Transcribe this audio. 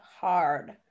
hard